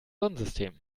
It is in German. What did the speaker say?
sonnensystem